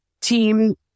team